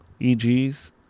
EGs